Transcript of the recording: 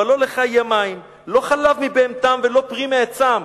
אבל "לא לך יהיו מים / לא חלב מבהמתם ולא פרי מעצם".